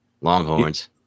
Longhorns